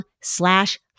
slash